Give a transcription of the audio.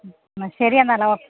ഉം എന്നാൽ ശരിയെന്നാലോ